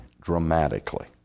dramatically